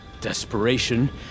desperation